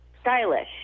stylish